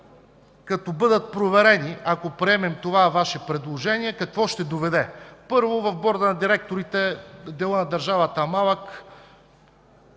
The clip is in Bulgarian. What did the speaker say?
като бъдат проверени, ако приемем Вашето предложение, какво ще доведе? Първо, в борда на директорите делът на държавата е малък